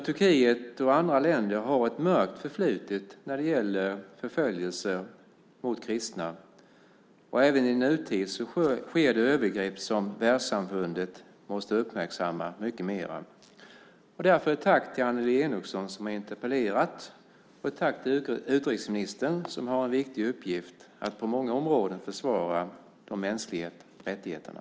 Turkiet och andra länder har ett mörkt förflutet när det gäller förföljelser mot kristna. Även i nutid sker övergrepp som världssamfundet måste uppmärksamma mycket mer. Därför tackar jag Annelie Enochson, som har interpellerat, och utrikesministern, som har en viktig uppgift att på många områden försvara de mänskliga rättigheterna.